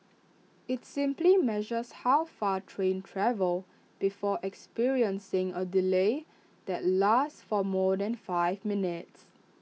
IT simply measures how far trains travel before experiencing A delay that lasts for more than five minutes